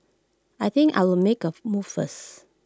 I think I'll make A move first